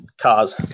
cars